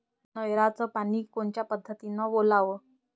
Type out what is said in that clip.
नयराचं पानी कोनच्या पद्धतीनं ओलाव?